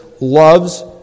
loves